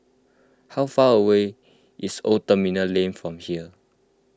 how far away is Old Terminal Lane from here